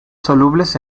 solubles